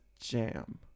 jam